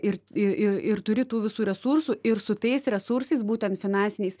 ir ir turi tų visų resursų ir su tais resursais būtent finansiniais